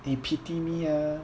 eh pity me ah